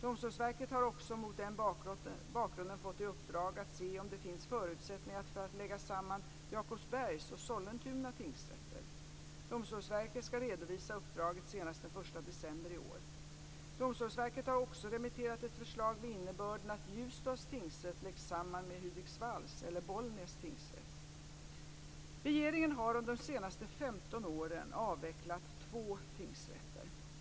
Domstolsverket har också mot den bakgrunden fått i uppdrag att se om det finns förutsättningar för att lägga samman Jakobsbergs och Sollentuna tingsrätter. Domstolsverket ska redovisa uppdraget senast den 1 december 1999. Domstolsverket har också remitterat ett förslag med innebörden att Ljusdals tingsrätt läggs samman med Hudiksvalls eller Bollnäs tingsrätt. Regeringen har under de senaste 15 åren avvecklat två tingsrätter - Sjuhäradsbygdens och Åmåls tingsrätter.